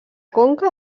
conca